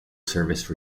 service